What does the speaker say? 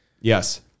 yes